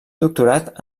doctorat